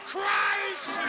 Christ